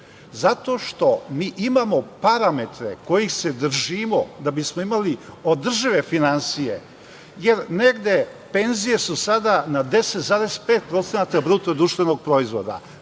Zato što mi imamo parametre kojih se držimo da bismo imali održive finansije, jer negde penzije su sada na 10,5% BDP. Taj